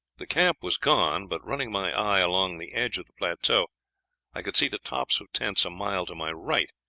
the camp was gone but running my eye along the edge of the plateau i could see the tops of tents a mile to my right,